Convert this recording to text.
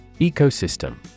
Ecosystem